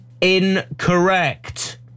Incorrect